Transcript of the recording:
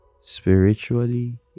spiritually